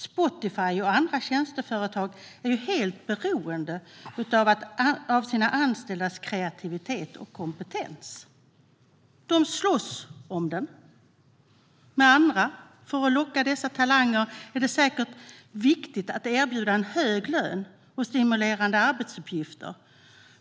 Spotify och andra tjänsteföretag är helt beroende av sina anställdas kreativitet och kompetens. De slåss om den med andra. För att kunna locka dessa talanger är det viktigt att erbjuda en hög lön och stimulerande arbetsuppgifter.